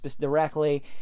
directly